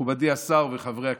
מכובדי השר וחברי הכנסת,